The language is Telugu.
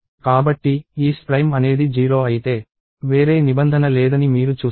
కాబట్టి ఈస్ ప్రైమ్ అనేది 0 అయితే వేరే నిబంధన లేదని మీరు చూస్తారు